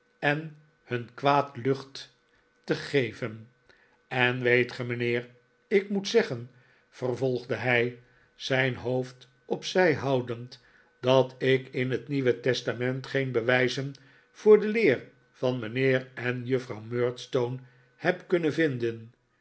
en hun kwaad lucht te geven en weet ge mijnheer ik moet zeggen vervolgde hij zijn hoofd op zij houdend dat ik in het nieuwe testament geen bewijzen voor de leer van mijnheer en juffrouw murdstone heb kunnen vinden